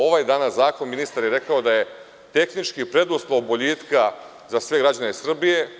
Ovaj danas zakon ministar je rekao da je tehnički preduslov boljitka za sve građane Srbije.